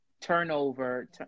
turnover